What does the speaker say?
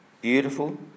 Beautiful